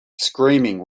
screaming